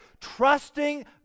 trusting